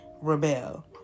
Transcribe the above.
rebel